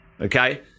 Okay